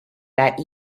that